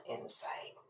insight